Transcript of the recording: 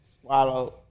Swallow